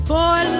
boy